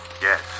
yes